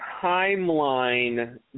timeline